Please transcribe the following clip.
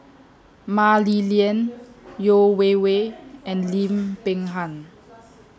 Mah Li Lian Yeo Wei Wei and Lim Peng Han